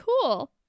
cool